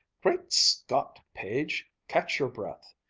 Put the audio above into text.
great scott, page, catch your breath!